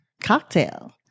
cocktail